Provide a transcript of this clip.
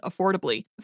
affordably